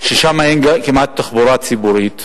ששם אין כמעט תחבורה ציבורית.